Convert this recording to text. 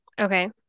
Okay